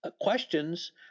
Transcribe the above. questions